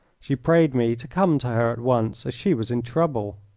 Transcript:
she prayed me to come to her at once as she was in trouble.